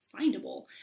findable